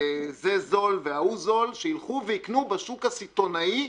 זה זול וההוא זול שילכו ויקנו בשוק הסיטונאי,